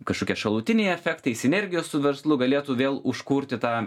kažkokie šalutiniai efektai sinergijos su verslu galėtų vėl užkurti tą